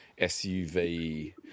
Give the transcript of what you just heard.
SUV